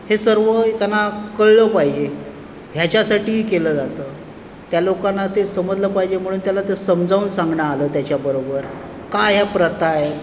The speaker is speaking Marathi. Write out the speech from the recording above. हे सर्व त्यांना कळलं पाईजे ह्याच्यासाठी केलं जातं त्या लोकांना ते समजलं पाहिजे म्हणून त्याला तं समजावून सांगणं आलं त्याच्याबरोबर काय ह्या प्रथा आहे